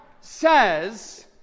says